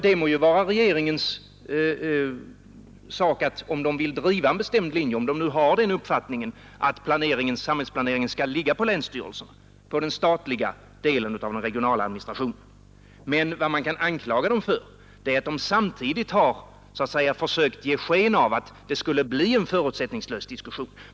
Om regeringen nu har den uppfattningen att samhällsplaneringen skall ligga på länsstyrelserna, alltså på den statliga delen av den regionala administrationen, så må det ju stå regeringen fritt att driva den bestämda linjen. Men vad man kan anklaga regeringen för är att den samtidigt har försökt ge sken av att det skulle bli en förutsättningslös diskussion.